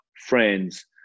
Friends